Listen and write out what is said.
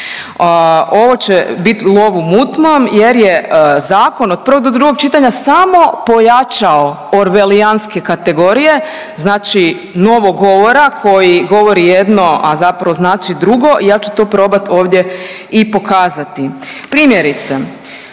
ovo će bit lov u mutnom jer je zakon od prvog do drugog čitanja samo pojačao orvelijanske kategorija, znači novogovora koji govori jedno, a zapravo znači drugo i ja ću to probat ovdje i pokazati. Primjerice,